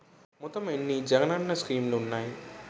మొత్తం ఎన్ని జగనన్న స్కీమ్స్ ఉన్నాయి?